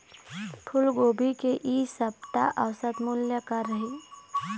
फूलगोभी के इ सप्ता औसत मूल्य का रही?